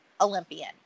Olympian